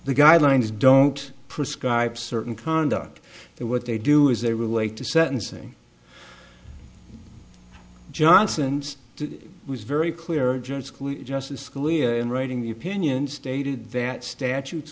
the guidelines don't prescribe certain conduct that what they do is they relate to sentencing johnson's was very clear just justice scalia in writing the opinion stated that statutes